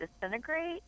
disintegrate